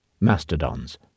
mastodons